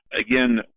Again